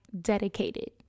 dedicated